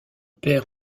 perd